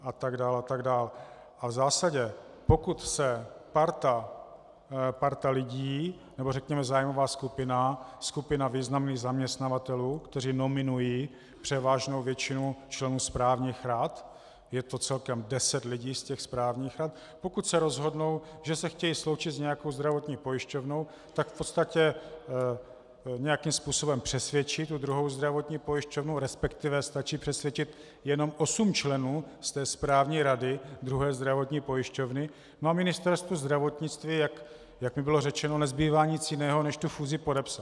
V zásadě pokud se parta lidí, nebo řekněme zájmová skupina, skupina významných zaměstnavatelů, kteří nominují převážnou většinu členů správních rad, je to celkem deset lidí z těch správních rad, pokud se rozhodnou, že se chtějí sloučit s nějakou zdravotní pojišťovnou, tak v podstatě nějakým způsobem přesvědčit tu druhou zdravotní pojišťovnu, resp. stačí přesvědčit jenom osm členů z té správní rady druhé zdravotní pojišťovny, a Ministerstvu zdravotnictví, jak mi bylo řečeno, nezbývá nic jiného než tu fúzi podepsat.